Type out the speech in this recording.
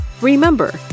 Remember